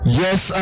yes